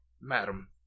madam